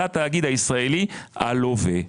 לתאגיד הישראלי הלווה.